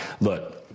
look